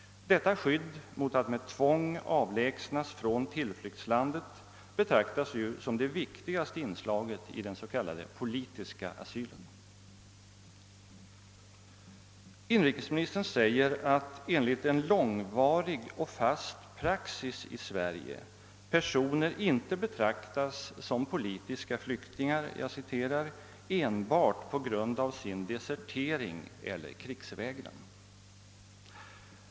Detta skydd mot att med tvång avlägsnas från tillflyktslandet betraktas ju som det viktigaste inslaget i den s.k. politiska asylen. Inrikesministern säger att enligt en långvarig och fast praxis i Sverige personer inte betraktas som politiska flyktingar »enbart på grund av sin desertering eller krigsvägran».